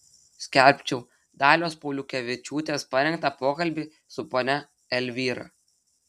skelbčiau dalios pauliukevičiūtės parengtą pokalbį su ponia elvyra